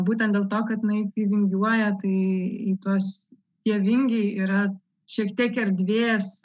būtent dėl to kad jinai įvingiuoja tai į tuos tie vingiai yra šiek tiek erdvės